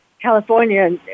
California